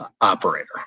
operator